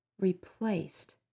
replaced